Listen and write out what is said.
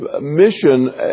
Mission